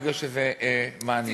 בגלל שזה מעניין.